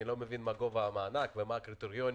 אני לא מבין מה גובה המענק ומה הקריטריונים.